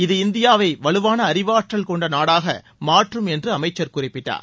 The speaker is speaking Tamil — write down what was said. இது இந்தியாவை வலுவான அறிவாற்றல் கொண்ட நாடாக மாற்றம் என்று அமைச்சர் குறிப்பிட்டார்